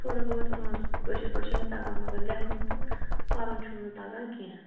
تھوڑا بہت کٲشِر پٲٹھۍ چھِ مےٚ تگان مگر لٮ۪کھُن تہٕ پَرُن چھُم نہ تگان کیٚنہہ